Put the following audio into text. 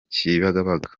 kibagabaga